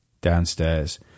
downstairs